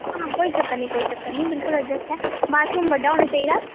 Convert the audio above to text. हां कोई चक्कर निं कोई चक्कर निं बिलकुल अडजस्ट ऐ बाथरूम बड्डा होना चाहिदा